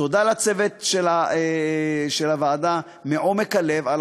תודה לצוות של הוועדה מעומק הלב על